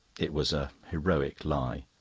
it was a heroic lie.